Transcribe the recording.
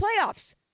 playoffs